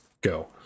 go